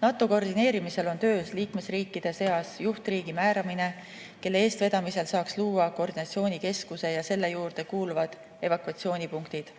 NATO koordineerimisel on töös liikmesriikide seas juhtriigi määramine, kelle eestvedamisel saaks luua koordinatsioonikeskuse ja selle juurde kuuluvad evakuatsioonipunktid.